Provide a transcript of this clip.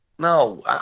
No